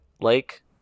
lake